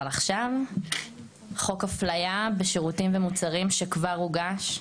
עכשיו חוק אפליה בשירותים ומוצרים שכבר הוגש,